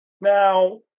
Now